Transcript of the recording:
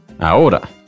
Ahora